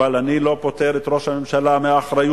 אבל אני לא פוטר את ראש הממשלה מאחריות,